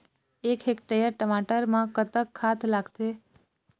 एक हेक्टेयर टमाटर म कतक खाद लागथे?